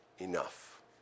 Enough